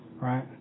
right